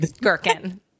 gherkin